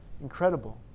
incredible